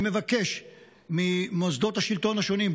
אני מבקש ממוסדות השלטון השונים,